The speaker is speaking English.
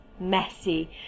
messy